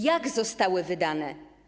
Jak zostały wydane?